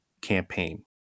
campaign